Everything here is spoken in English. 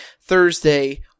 Thursday